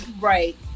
Right